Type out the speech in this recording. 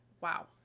Wow